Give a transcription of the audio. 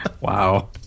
Wow